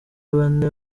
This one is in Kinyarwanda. bane